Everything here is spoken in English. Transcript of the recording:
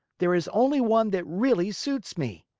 there is only one that really suits me.